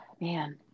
man